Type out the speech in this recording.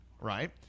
right